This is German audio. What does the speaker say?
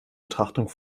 betrachtung